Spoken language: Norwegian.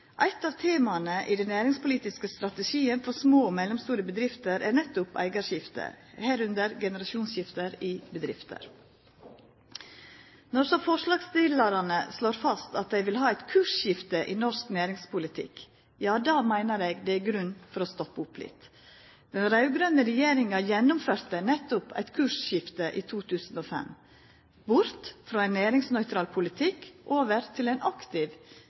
Eit av tema i den næringspolitiske strategien for små og mellomstore bedrifter er nettopp eigarskifte, medrekna generasjonsskifte i bedrifter. Når så forslagsstillarane slår fast at dei vil ha eit kursskifte i norsk næringspolitikk, meiner eg det er grunn til å stoppa opp litt. Den raud-grøne regjeringa gjennomførte nettopp eit kursskifte i 2005, bort frå ein næringsnøytral politikk og over til ein aktiv